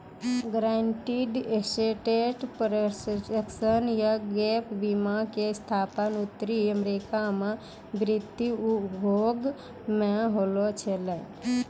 guaranteed asset protection या gap बीमा के स्थापना उत्तरी अमेरिका मे वित्तीय उद्योग मे होलो छलै